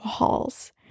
walls